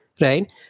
Right